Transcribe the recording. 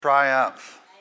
Triumph